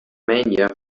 mania